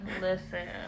Listen